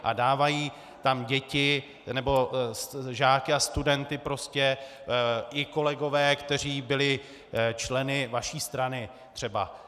A dávají tam děti, nebo žáky a studenty, i kolegové, kteří byli členy vaší strany třeba.